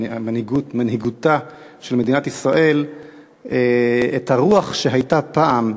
ולמנהיגותה של מדינת ישראל את הרוח שהייתה פעם,